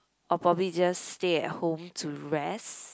or probably just stay at home to rest